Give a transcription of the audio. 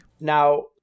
now